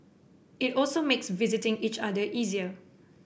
it also makes visiting each other easier